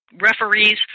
referees